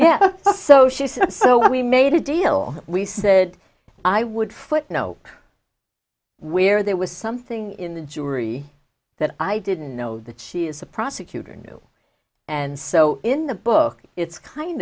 yeah so she said so we made a deal we said i would footnote where there was something in the jury that i didn't know that she is a prosecutor new and so in the book it's kind